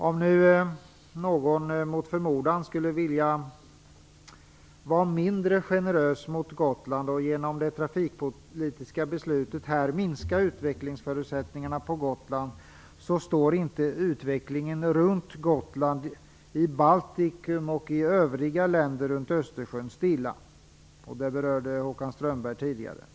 Om någon mot förmodan skulle vilja vara mindre generös mot Gotland och genom det trafikpolitiska beslutet här minska förutsättningarna för utveckling på Gotland står inte utvecklingen runt Gotland, i Baltikum och i övriga länder runt Östersjön, stilla. Detta berörde Håkan Strömberg tidigare.